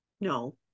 no